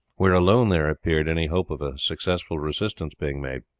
where alone there appeared any hope of a successful resistance being made.